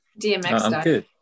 DMX